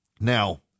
Now